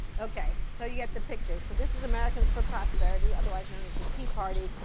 ok, so you get the picture. so this is americans for prosperity, otherwise known as the tea party.